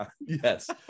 Yes